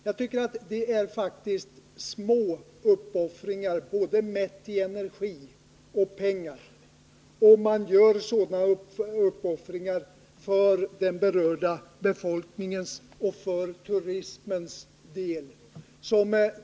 Jag tycker faktiskt att det är små uppoffringar, mätt i både energi och pengar, som man gör för den berörda befolkningens och för turismens del.